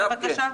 אז בבקשה.